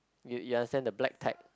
you you understand the black tag